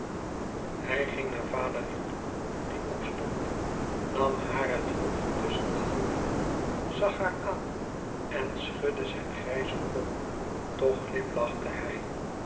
hij ging naar valérie toe die opstond e ids aargang nam haar het hoofd tusschen de handen zag haar aan en schudde zijn grijzen kop toch glimlachte hij